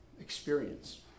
experience